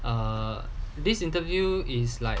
err this interview is like